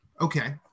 Okay